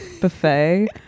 buffet